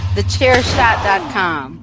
TheChairShot.com